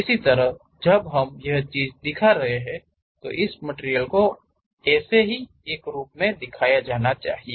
इसी तरह जब हम यह चीज़ दिखा रहे हैं इस मटिरियल को ऐसी ही एक रूप में दिखाया जाना चाहिए